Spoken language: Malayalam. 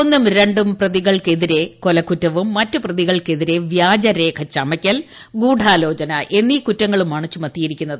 ഒന്നും ര ും പ്രതികൾക്കെതിരെ കൊലക്കുറ്റവും മറ്റുപ്രതികൾക്കെതിരെ വ്യാജരേഖ ചമയ്ക്കൽ ഗൂഢാലോചന എന്നീ കുറ്റങ്ങളുമാണ് ചുമത്തിയിരിക്കുന്നത്